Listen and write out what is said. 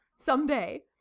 someday